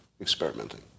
experimenting